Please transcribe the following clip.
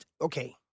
okay